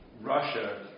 Russia